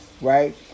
right